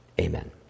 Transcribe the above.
amen